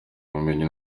ubumenyi